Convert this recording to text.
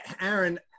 Aaron